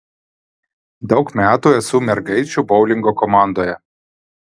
daug metų esu mergaičių boulingo komandoje